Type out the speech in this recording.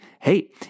hey